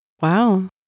Wow